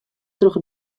troch